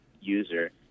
user